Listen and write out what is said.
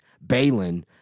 Balin